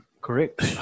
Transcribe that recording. Correct